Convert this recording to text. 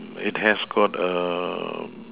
it has got a